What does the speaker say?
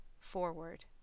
forward